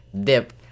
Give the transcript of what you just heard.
Dip